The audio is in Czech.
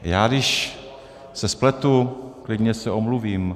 Já když se spletu, klidně se omluvím.